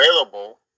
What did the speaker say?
available